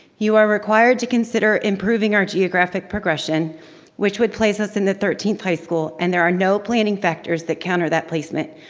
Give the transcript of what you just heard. you are required to consider improving our geographic progression which would place us in the thirteenth high school and there are no planning factors that counter that placement.